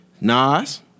Nas